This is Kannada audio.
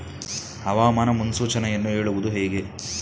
ಹವಾಮಾನ ಮುನ್ಸೂಚನೆಯನ್ನು ಹೇಳುವುದು ಹೇಗೆ?